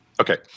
Okay